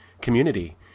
community